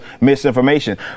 misinformation